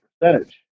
percentage